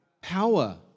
power